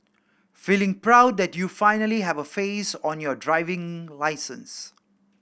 feeling proud that you finally have a face on your driver's license